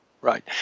Right